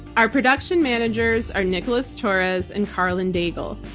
our production managers are nicholas torres and karlyn daigle.